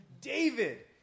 David